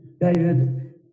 David